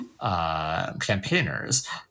campaigners